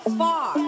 far